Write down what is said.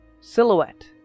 silhouette